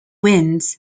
winds